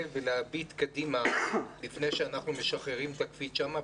ולהביט קדימה לפני שאנחנו משחררים את הקפיץ שם.